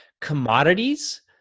commodities